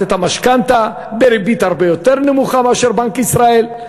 את המשכנתה בריבית הרבה יותר נמוכה מאשר בבנק ישראל,